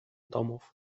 domów